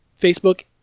Facebook